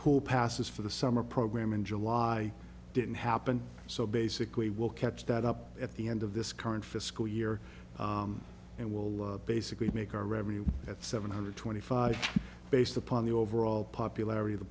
pool passes for the summer program in july didn't happen so basically we'll catch that up at the end of this current fiscal year and will basically make our revenue at seven hundred twenty five based upon the overall popularity of the